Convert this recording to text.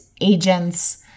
agents